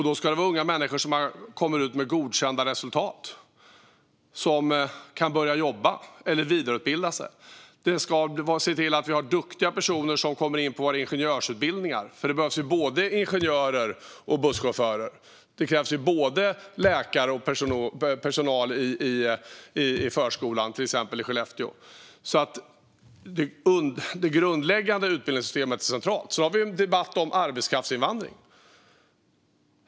Då ska det vara unga människor som kommer ut med godkända resultat och som kan börja jobba eller vidareutbilda sig. Vi ska se till att vi har duktiga personer som kommer in på våra ingenjörsutbildningar, för det behövs ju både ingenjörer och busschaufförer. Det krävs ju både läkare och personal i förskolan i till exempel Skellefteå, så det grundläggande utbildningssystemet är centralt. Vi har också en debatt om arbetskraftsinvandring.